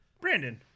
Brandon